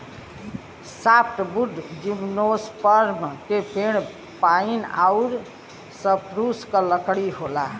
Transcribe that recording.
softwood gymnosperm के पेड़ pine आउर स्प्रूस क लकड़ी होला